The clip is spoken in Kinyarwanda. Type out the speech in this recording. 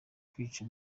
kwica